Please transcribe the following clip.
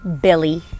Billy